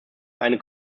eine